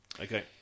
Okay